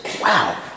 Wow